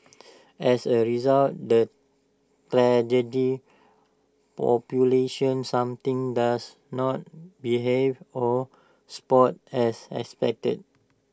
as A result the population something does not behave or Sport as expected